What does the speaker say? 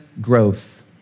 growth